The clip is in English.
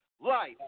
life